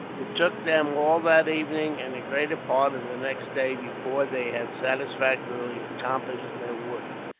it took them all that evening, and the greater part of the next day, before they had satisfactorily accomplished their work.